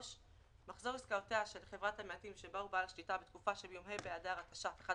מחזור עסקאותיו בתקופה שמיום ה' באדר התש"ף (1